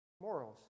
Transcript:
morals